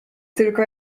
tylko